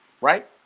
right